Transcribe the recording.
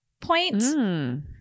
point